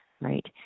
right